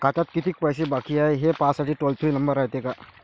खात्यात कितीक पैसे बाकी हाय, हे पाहासाठी टोल फ्री नंबर रायते का?